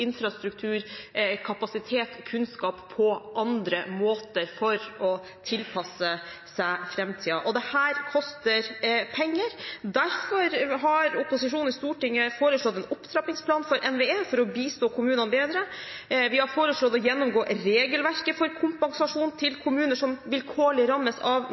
infrastruktur, kapasitet og kunnskap på andre måter for å tilpasse seg framtiden. Dette koster penger, og derfor har opposisjonen i Stortinget foreslått en opptrappingsplan for NVE, for å bistå kommunene bedre. Vi har foreslått å gjennomgå regelverket for kompensasjon til kommuner som vilkårlig rammes av